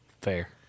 Fair